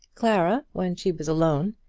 clara, when she was alone,